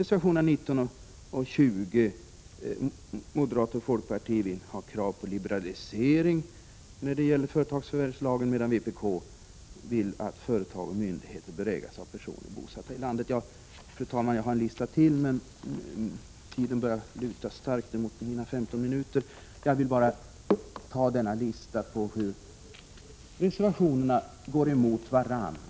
I reservationerna 19 coh 20 har moderater och folkpartister krav på liberalisering när det gäller företagsförvärvslagen, medan vpk menar att företag och myndigheter bör ägas av personer bosatta i landet. Fru talman! Jag har en lista till, men mina femton minuter börjar lida mot sitt slut. Jag ville bara med denna lista visa hur reservationerna går emot varandra.